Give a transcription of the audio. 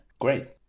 Great